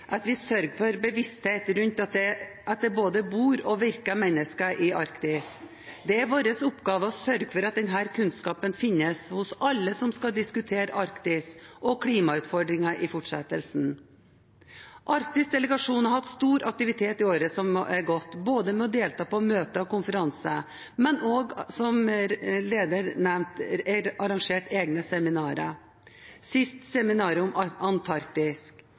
at vi sørger for bevissthet rundt at det både bor og virker mennesker i Arktis. Det er vår oppgave å sørge for at denne kunnskapen finnes hos alle som skal diskutere Arktis og klimautfordringer i fortsettelsen. Arktisk delegasjon har hatt stor aktivitet i året som er gått, ved å delta på møter og konferanser, men også, som lederen nevnte, ved å arrangere egne seminarer, sist